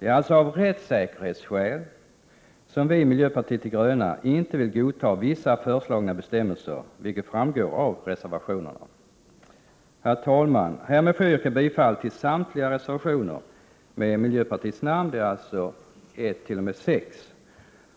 Det är alltså av rättssäkerhetsskäl som vi i miljöpartiet de gröna inte vill godta vissa föreslagna bestämmelser, vilket framgår av reservationerna. Herr talman! Härmed får jag yrka bifall till samtliga reservationer, nr 1-6, och jag hänvisar till